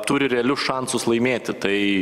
turi realius šansus laimėti tai